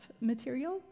material